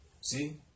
See